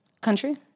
country